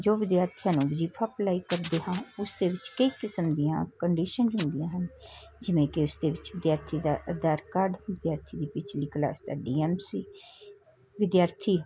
ਜੋ ਵਿਦਿਆਰਥੀਆਂ ਨੂੰ ਵਜੀਫਾ ਅਪਲਾਈ ਕਰਦੇ ਹਾਂ ਉਸਦੇ ਵਿੱਚ ਕਈ ਕਿਸਮ ਦੀਆ ਕੰਨਡੀਸ਼ਨ ਹੁੰਦੀਆ ਹਨ ਜਿਵੇਂ ਕਿ ਉਸ ਦੇ ਵਿੱਚ ਵਿਦਿਆਰਥੀ ਦਾ ਆਧਾਰ ਕਾਰਡ ਵਿਦਿਆਰਥੀ ਦੀ ਪਿਛਲੀ ਕਲਾਸ ਦਾ ਡੀ ਐਮ ਸੀ ਵਿਦਿਆਰਥੀ